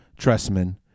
Tressman